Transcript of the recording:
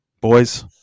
Boys